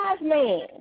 man